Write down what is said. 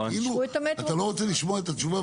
זה כאילו אתה לא רוצה לשמוע את התשובה,